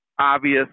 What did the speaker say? obvious